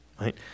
right